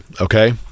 Okay